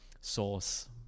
source